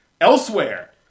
elsewhere